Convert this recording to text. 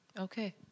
Okay